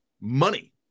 money